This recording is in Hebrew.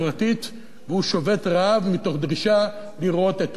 והוא שובת רעב מתוך דרישה לראות את ראש הממשלה.